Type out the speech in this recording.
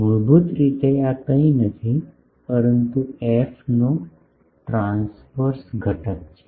મૂળભૂત રીતે આ કંઈ નથી પરંતુ એફનો ટ્રાંસવર્સ ઘટક છે